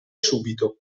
subito